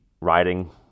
riding